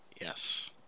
yes